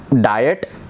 diet